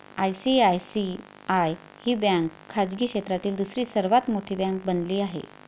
ICICI ही bank खाजगी क्षेत्रातील दुसरी सर्वात मोठी बँक बनली आहे